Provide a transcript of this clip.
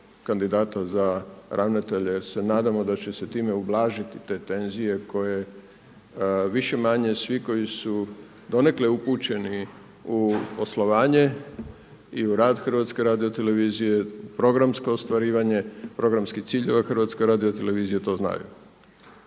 kandidata za ravnatelja jer se nadamo da će se time ublažiti te tenzije koje više-manje svi koji su donekle upućeni u poslovanje i u rad HRT-a, programsko ostvarivanje, programski cilj … HRT to znaju.